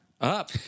Up